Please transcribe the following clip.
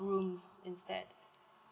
rooms instead